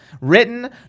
written